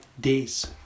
days